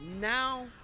Now